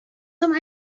some